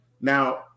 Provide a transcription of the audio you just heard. now